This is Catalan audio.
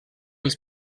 els